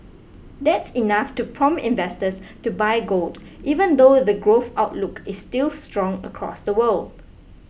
that's enough to prompt investors to buy gold even though the growth outlook is still strong across the world